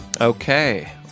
Okay